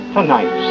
Tonight